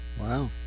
Wow